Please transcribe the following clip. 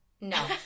no